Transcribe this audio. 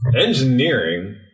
engineering